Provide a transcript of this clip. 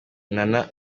nana